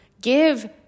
give